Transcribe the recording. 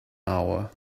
hour